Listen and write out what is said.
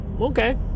Okay